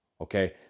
okay